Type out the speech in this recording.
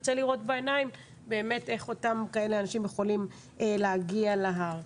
נרצה לראות בעיניים איך אנשים כאלה יכולים להגיע להר.